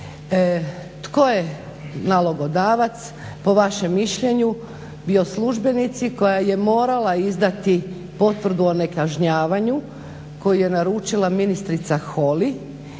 Tko je nalogodavac po vašem mišljenju bio službenici koja je morala izdati potvrdu o nekažnjavanju koju je naručila ministrica Holy,